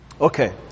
Okay